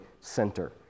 center